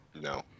no